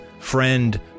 friend